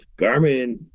Garmin